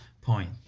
point